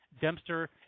Dempster